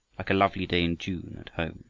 like a lovely day in june at home